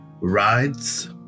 Rides